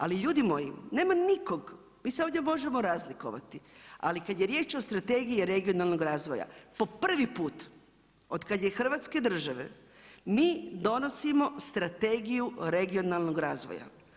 Ali ljudi moji, nema nikog, mi se ovdje možemo razlikovati, ali kad je riječ o strategiji regionalnog razvoja, po prvi put od kad je hrvatske države, mi donosimo strategiju regionalnog razvoja.